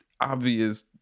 Obvious